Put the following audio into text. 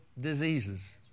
diseases